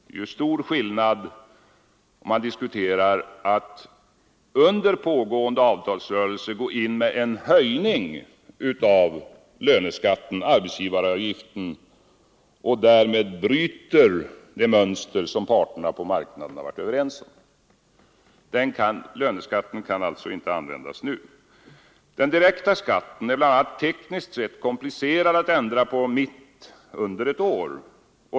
Det är stor skillnad mellan att använda löneskatten under vanliga förhållanden och att under pågående avtalsrörelse gå in med en höjning av löneskatten — arbetsgivaravgiften — och därmed bryta det mönster som parterna på marknaden varit överens om att följa. Löneskatten kan alltså inte användas nu. Den direkta skatten är det bl.a. tekniskt sett komplicerat att ändra på mitt under ett år.